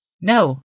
No